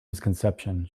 misconception